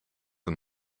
een